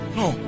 no